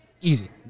easy